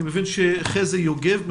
אני מבין שנמצא אתנו חזי יוגב,